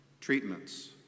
treatments